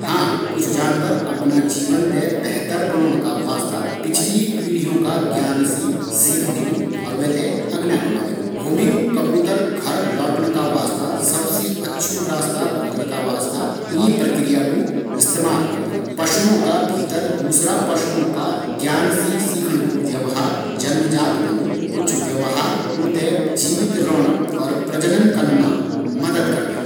हाँ कुछ जानवर अपना जीवन ते बेहतर बणोंन का वास्ता अपनी पिछली पीढ़ी का ज्ञान सी सिखदिन और वे ते अगने बढ़ोदिन। होमिंग कबूतर घर लौटण का वास्ता सबसी अच्छू रास्ता खोजण का वास्ता यी प्रक्रिया कु इस्तेमाल करदु। पशुओ का भीतर दूसरा पशुओं सी सीखण कु गुण जन्मजात होन्दु।